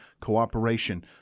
cooperation